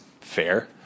fair